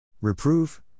Reprove